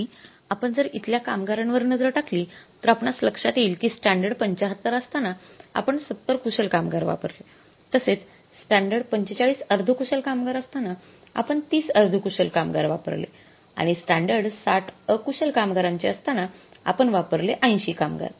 आणि आपण जर इथल्या कामगारांवर नजर टाकली तर आपणास लक्ष्यात येईल कि स्टॅंडर्ड ७५ असताना आपण ७० कुशल कामगार वापरले तसेच स्टॅंडर्ड ४५ अर्धकुशल कामगार असताना आपण ३० अर्धकुशल कामगार वापरले आणि स्टॅंडर्ड ६० अकुशल कामगारांचे असताना आपण वापरले ८० कामगार